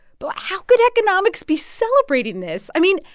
but how could economics be celebrating this? i mean,